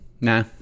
Nah